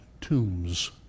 tombs